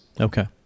Okay